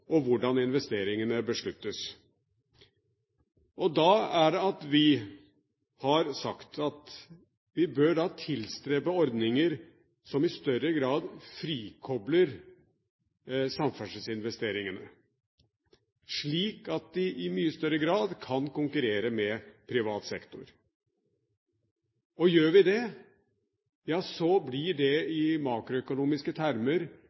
og hvordan investeringene besluttes. Da er det vi har sagt at vi bør tilstrebe ordninger som i større grad frikobler samferdselsinvesteringene, slik at de i mye større grad kan konkurrere med privat sektor. Gjør vi det, blir det i makroøkonomiske termer